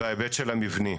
בהיבט של המבני.